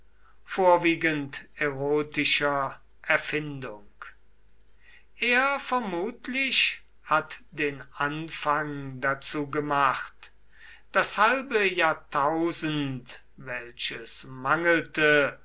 vorwiegend erotischer erfindung er vermutlich hat den anfang dazu gemacht das halbe jahrtausend welches mangelte